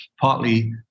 partly